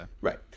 right